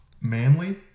Manly